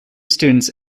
students